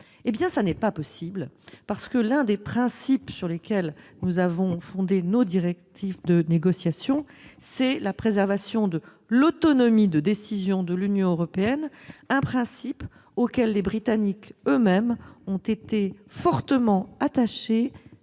Eh bien ce n'est pas possible : en bon anglais,. En effet, l'un des principes sur lesquels nous avons fondé nos directives de négociation est la préservation de l'autonomie de décision de l'Union européenne, un principe auquel les Britanniques eux-mêmes étaient fortement attachés